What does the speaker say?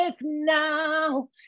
now